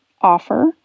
offer